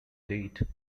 date